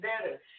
better